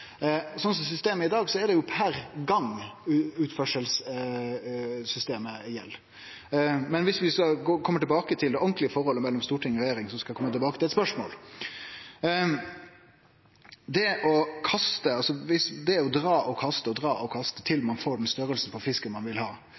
systemet er i dag, gjeld jo utførselssystemet per gong. Viss vi no kjem tilbake til det ordentlege forholdet mellom storting og regjering, skal eg kome tilbake til eit spørsmål. Det å dra og kaste, dra og kaste til ein får den storleiken på fisken ein vil ha,